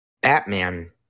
Batman